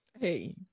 Hey